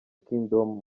kingdom